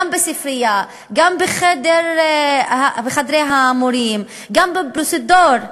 גם בספרייה, גם בחדרי המורים, גם בפרוזדור,